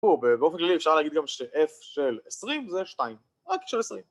באופן כללי אפשר להגיד גם ש-F של 20 זה 2, רק של 20